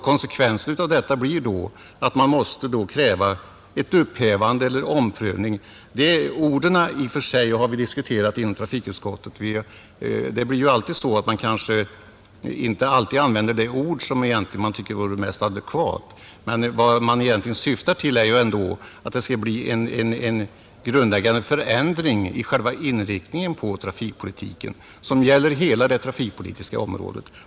Konsekvensen av detta blir då att man måste kräva ett upphävande eller en omprövning. Orden har vi diskuterat inom trafikutskottet; man kanske inte alltid använder det ord som egentligen vore mest adekvat, men vad man syftar till är ju ändå att åstadkomma en grundläggande förändring i trafikpolitikens inriktning, en förändring som gäller hela det trafikpolitiska området.